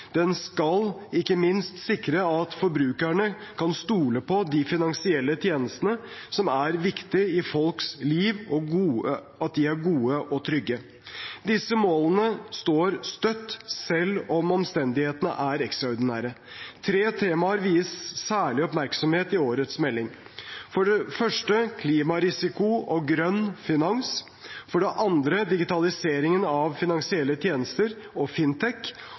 Den skal ikke minst sikre at forbrukerne kan stole på at de finansielle tjenestene, som er viktige i folks liv, er gode og trygge. Disse målene står støtt, selv om omstendighetene er ekstraordinære. Tre temaer vies særlig oppmerksomhet i årets melding: klimarisiko og grønn finans digitaliseringen av finansielle tjenester og fintech